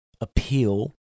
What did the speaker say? appeal